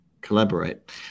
collaborate